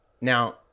now